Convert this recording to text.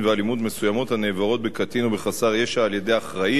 ואלימות מסוימות הנעברות בקטין או בחסר ישע על-ידי אחראי,